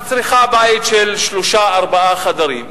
שצריכה בית של שלושה-ארבעה חדרים,